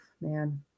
man